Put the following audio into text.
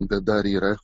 bet dar yra